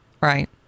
right